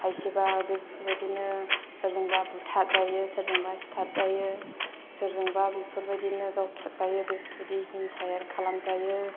खायसेया बेफोरबायदिनो सोरजोंबा बुथारजायो सोरजोंबा सिथार जायो सोरजोंबा बेफोरबायदिनो गावथारजायो बेफोरबायदि हिंसायार खालामजायो